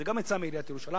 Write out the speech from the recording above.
גם זה יצא מעיריית ירושלים.